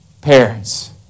parents